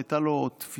הייתה לו תפיסה,